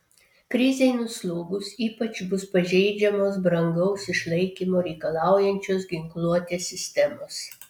krizei nuslūgus ypač bus pažeidžiamos brangaus išlaikymo reikalaujančios ginkluotės sistemos